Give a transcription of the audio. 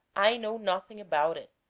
i know nothing about it,